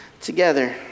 together